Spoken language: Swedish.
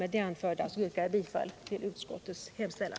Med det anförda yrkar jag bifall till utskottets hemställan.